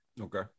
Okay